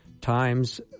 times